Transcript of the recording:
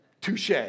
touche